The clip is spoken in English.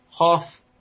Half